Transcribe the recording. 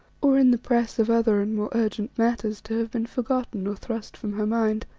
or in the press of other and more urgent matters to have been forgotten or thrust from her mind.